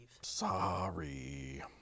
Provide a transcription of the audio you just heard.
Sorry